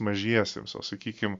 mažiesiems o sakykim